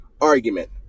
argument